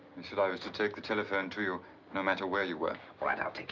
he said i was to take the telephone to you no matter where you were. all right. i'll take